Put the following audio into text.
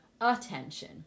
attention